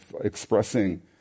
expressing